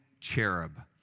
cherub